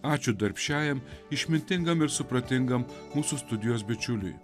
ačiū darbščiajam išmintingam ir supratingam mūsų studijos bičiuliui